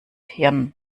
hirn